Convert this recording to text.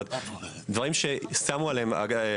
אגב,